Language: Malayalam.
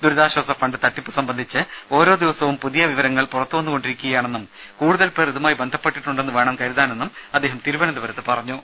ദുരിതാശ്വാസ ഫണ്ട് തട്ടിപ്പു സംബന്ധിച്ച് ഓരോദിവസവും പുതിയ വവരങ്ങൾ പുറത്തുവന്നുകൊണ്ടിരിക്കുകയാണെന്നും കൂടുതൽ പേർ ഇതുമായി ബന്ധപ്പിട്ടിട്ടുണ്ടെന്ന് വേണം കരുതാനെന്നും അദ്ദേഹം തിരുവനന്തപുരത്ത് പറഞ്ഞു